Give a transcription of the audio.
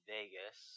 Vegas